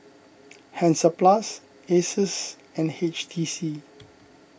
Hansaplast Asus and H T C